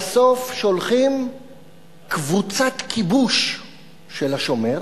בסוף שולחים קבוצת כיבוש של "השומר"